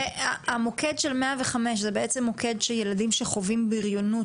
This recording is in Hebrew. האם מוקד 105 הוא מוקד שילדים שחווים בריונות